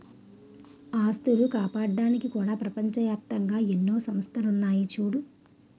ఆస్తులు కాపాడ్డానికి కూడా ప్రపంచ ఏప్తంగా ఎన్నో సంస్థలున్నాయి చూడూ